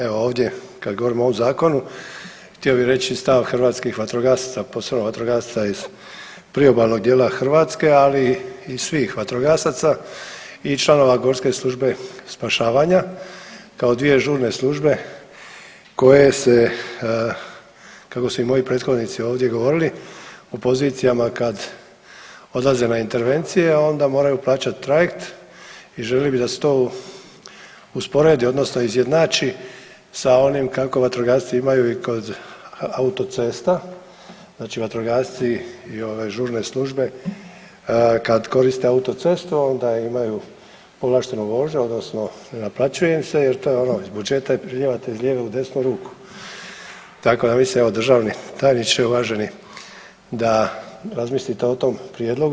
Evo ovdje kad govorimo o ovom zakonu htio bi reći stav hrvatskih vatrogasaca, posebno vatrogasaca iz priobalnog dijela Hrvatske, ali i svih vatrogasaca i članova Gorske službe spašavanja kao dvije žurne službe koje se kako su i moji prethodnici ovdje govorili u pozicijama kad odlaze na intervencije, a onda moraju plaćati trajekt i želili bi da se to usporedi odnosno izjednači sa onim kako vatrogasci imaju i kod autocesta, znači vatrogasci i ove žurne službe kad koriste autocestu onda imaju povlaštenu vožnju odnosno ne naplaćuje im se jer to je ono iz budžeta i prelijevate iz lijeve u desnu ruku, tako da mislim evo državni tajniče i uvaženi da razmislite o tom prijedlogu.